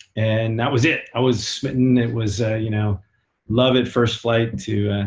and that was it, i was smitten, it was you know love at first flight to